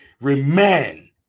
remain